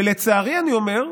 ולצערי אני אומר,